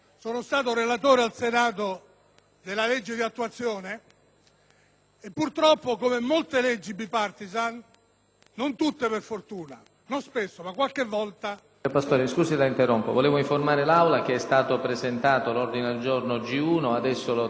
e purtroppo, come molte leggi *bipartisan* - non tutte per fortuna - ma qualche volta...